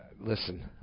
Listen